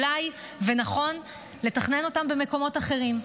אולי נכון לתכנן אותם במקומות אחרים.